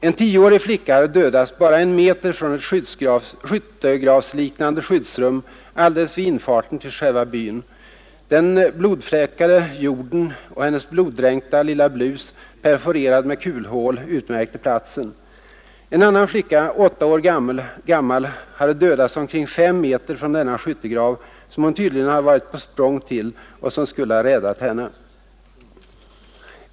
En tioårig flicka hade dödats bara en meter från ett skyttegravsliknande skyddsrum alldeles vid infarten till själva byn. Den blodfläckade jorden och hennes bloddränkta lilla blus, perforerad med kulhål, utmärkte platsen. En annan flicka, åtta år gammal, hade dödats omkring fem meter från denna skyttegrav, som hon tydligen hade varit på språng till och som skulle ha räddat henne.